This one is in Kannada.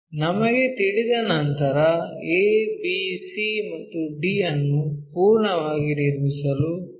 ನಮಗೆ ತಿಳಿದ ನಂತರ a b c ಮತ್ತು d ಅನ್ನು ಪೂರ್ಣವಾಗಿ ನಿರ್ಮಿಸಲು ಲೋಕಸ್ ಬಿಂದುಗಳನ್ನು ರಚಿಸಬಹುದು